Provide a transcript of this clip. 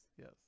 Yes